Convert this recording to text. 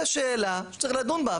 זה שאלה שצריך לדון בה,